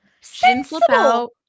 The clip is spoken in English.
sensible